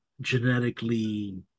genetically